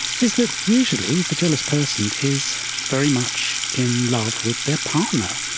is that usually the jealous person is very much in love with their partner,